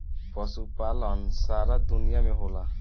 पशुपालन सारा दुनिया में होला